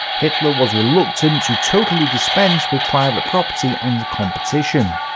hitler was reluctant to totally dispense with private property and competition.